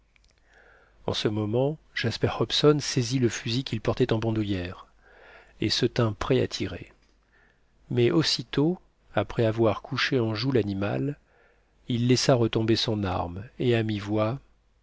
en ce moment jasper hobson saisit le fusil qu'il portait en bandoulière et se tint prêt à tirer mais aussitôt après avoir couché en joue l'animal il laissa retomber son arme et à